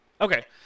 Okay